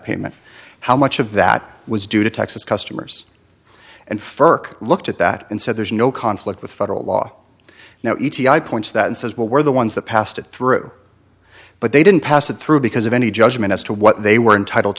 payment how much of that was due to texas customers and firk looked at that and said there's no conflict with federal law now e t i points that says well we're the ones that passed it through but they didn't pass it through because of any judgment as to what they were entitled